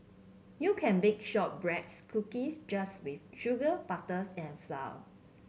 you can bake shortbreads cookies just with sugar butters and flour